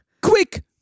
quick